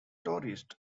tourist